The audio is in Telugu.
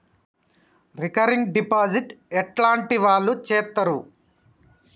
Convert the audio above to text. రికరింగ్ డిపాజిట్ ఎట్లాంటి వాళ్లు చేత్తరు?